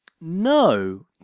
no